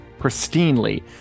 pristinely